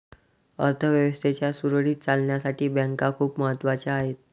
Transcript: अर्थ व्यवस्थेच्या सुरळीत चालण्यासाठी बँका खूप महत्वाच्या आहेत